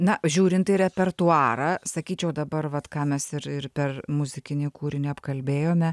na žiūrint į repertuarą sakyčiau dabar vat ką mes ir ir per muzikinį kūrinį apkalbėjome